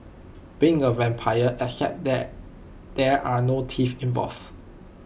being A vampire except that there are no teeth involved